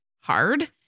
hard